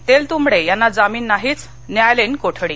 तेलतंबडे यांना जामीन नाहीच न्यायालयीन कोठडी